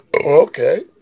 Okay